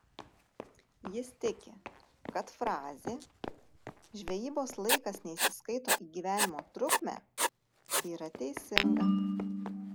jis tiki kad frazė žvejybos laikas neįsiskaito į gyvenimo trukmę yra teisinga